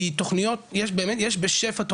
כי תכניות יש בשפע,